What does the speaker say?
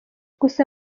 gusa